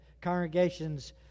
congregation's